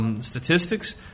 Statistics